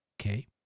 Okay